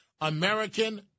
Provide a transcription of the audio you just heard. American